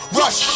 rush